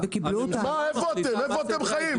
איפה אתם חיים?